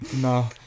No